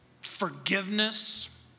forgiveness